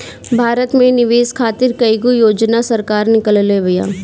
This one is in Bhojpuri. भारत में निवेश खातिर कईगो योजना सरकार निकलले बिया